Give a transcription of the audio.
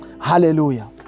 Hallelujah